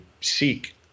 seek